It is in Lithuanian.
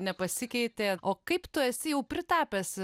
nepasikeitė o kaip tu esi jau pritapęs